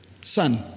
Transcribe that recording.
son